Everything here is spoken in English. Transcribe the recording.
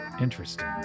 Interesting